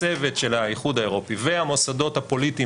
הצוות של האיחוד האירופי והמוסדות הפוליטיים